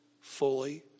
fully